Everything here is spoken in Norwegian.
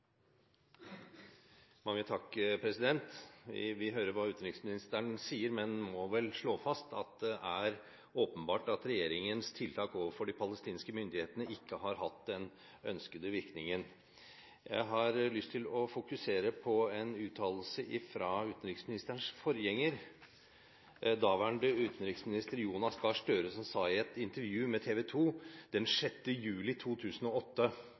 Vi hører hva utenriksministeren sier, men vi må vel slå fast at det er åpenbart at regjeringens tiltak overfor de palestinske myndighetene ikke har hatt den ønskede virkningen. Jeg har lyst til å fokusere på en uttalelse fra utenriksministerens forgjenger, daværende utenriksminister Jonas Gahr Støre, som sa i et intervju med TV 2 6. juli 2008